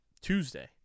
Tuesday